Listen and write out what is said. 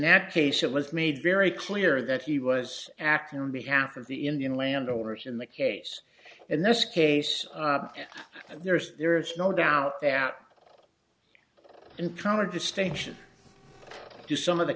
that case it was made very clear that he was acting on behalf of the indian landowners in the case in this case and there is there is no doubt that and counter distinction to some of the